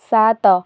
ସାତ